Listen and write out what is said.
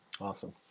Awesome